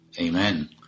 Amen